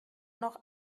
noch